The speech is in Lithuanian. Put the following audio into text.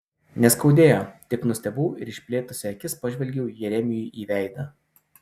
neskaudėjo tik nustebau ir išplėtusi akis pažvelgiau jeremijui į veidą